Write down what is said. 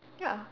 ya